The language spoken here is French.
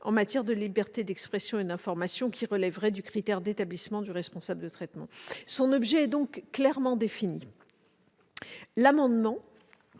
en matière de liberté d'expression et d'information, qui relèveraient du critère d'établissement du responsable de traitement. Son objet est donc clairement défini. L'amendement